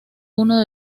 uno